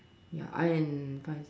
ya I'm fine